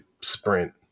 Sprint